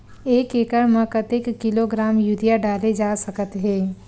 एक एकड़ म कतेक किलोग्राम यूरिया डाले जा सकत हे?